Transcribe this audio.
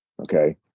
Okay